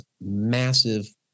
massive